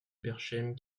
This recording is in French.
berchem